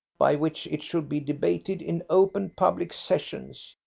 by which it should be debated in open public sessions,